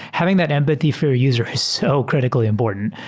having that empathy for a user is so critically important,